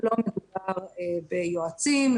לא מדובר ביועצים,